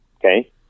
okay